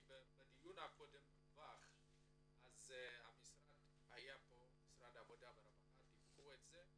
בדיון הקודם דווח על ידי משרד העבודה והרווחה שהיה כאן.